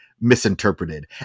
misinterpreted